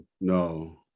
No